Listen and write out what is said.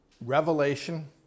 revelation